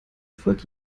erfolg